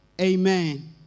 Amen